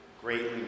greatly